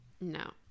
No